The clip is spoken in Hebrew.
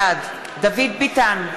בעד דוד ביטן,